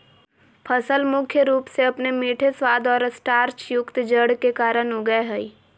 फसल मुख्य रूप से अपने मीठे स्वाद और स्टार्चयुक्त जड़ के कारन उगैय हइ